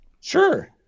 Sure